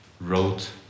wrote